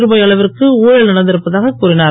ருபாய் அளவிற்கு ஊழல் நடந்திருப்பதாகக் கூறிஞர்